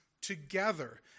together